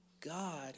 God